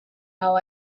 how